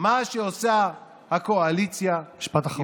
מה שעושה הקואליציה, משפט אחרון.